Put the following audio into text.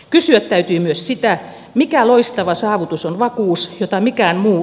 kysyä täytyy myös sitä mikä loistava saavutus on vakuus jota mikään muu